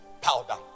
powder